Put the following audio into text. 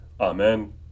Amen